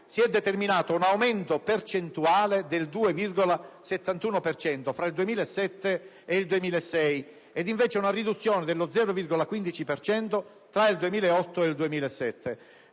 si è determinato un aumento percentuale del 2,71 per cento tra il 2007 e il 2006 ed invece una riduzione dello 0,15 per cento tra il 2008 e il 2007.